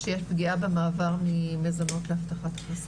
שיש פגיעה במעבר ממזונות להבטחת הכנסה.